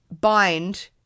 bind